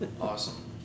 Awesome